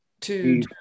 To-